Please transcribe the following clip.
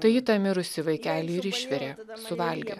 tai ji tą mirusį vaikelį ir išvirė suvalgė